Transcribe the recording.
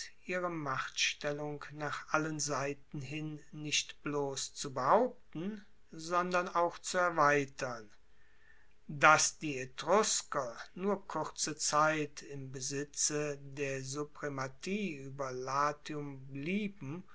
ihre machtstellung nach allen seiten hin nicht bloss zu behaupten sondern auch zu erweitern dass die etrusker nur kurze zeit im besitze der suprematie ueber latium blieben